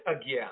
again